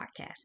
Podcast